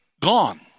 gone